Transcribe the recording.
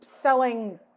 selling